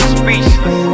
speechless